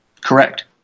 Correct